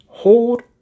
Hold